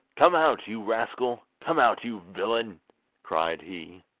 come out, you rascal! come out, you villain cried he,